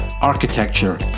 architecture